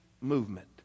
movement